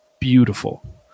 beautiful